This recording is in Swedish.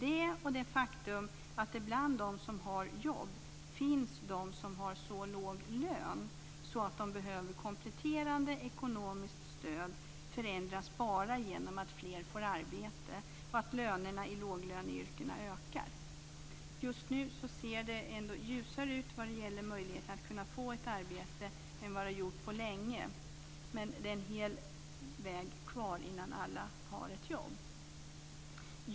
Detta och det faktum att det bland dem som har jobb finns de som har så låg lön att de behöver kompletterande ekonomiskt stöd förändras bara genom att fler får arbete och att lönerna i låglöneyrkena ökar. Just nu ser det ljusare ut när det gäller möjligheterna att få ett arbete än vad det har gjort på länge, men det är en lång väg kvar innan alla har ett jobb.